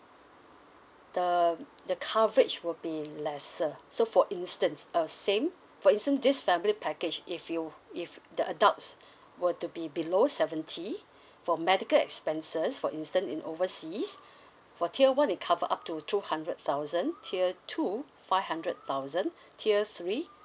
the the coverage will be lesser so for instance uh same for instance this family package if you if the adults were to be below seventy for medical expenses for instance in overseas for tier one it cover up to two hundred thousand tier two five hundred thousand tier three